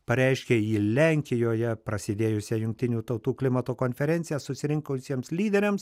pareiškė ji lenkijoje prasidėjusią jungtinių tautų klimato konferenciją susirinkusiems lyderiams